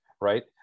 right